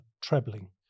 trebling